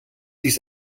dies